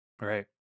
Right